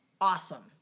awesome